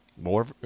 More